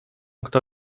kto